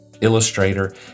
illustrator